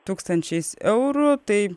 tūkstančiais eurų tai